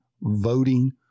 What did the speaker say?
voting